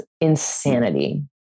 insanity